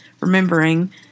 remembering